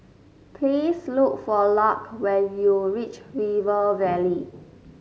please look for Lark when you reach River Valley